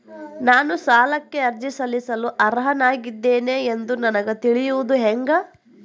ನಾನು ಸಾಲಕ್ಕೆ ಅರ್ಜಿ ಸಲ್ಲಿಸಲು ಅರ್ಹನಾಗಿದ್ದೇನೆ ಎಂದು ನನಗ ತಿಳಿಯುವುದು ಹೆಂಗ?